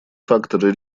факторы